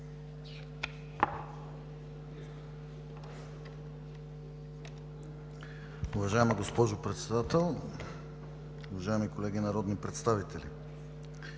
Уважаема госпожо Председател, уважаеми колеги народни представители!